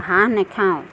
হাঁহ নেখাওঁ